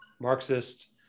Marxist